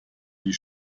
die